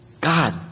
God